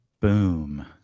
Boom